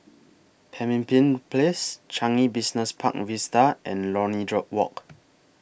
Pemimpin Place Changi Business Park Vista and Lornie Walk